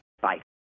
Bye